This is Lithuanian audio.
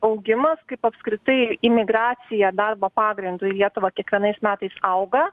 augimas kaip apskritai imigracija darbo pagrindu į lietuvą kiekvienais metais auga